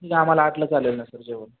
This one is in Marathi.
ठीक आहे आम्हाला आठला चालेल ना सर जेवण